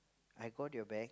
I got your back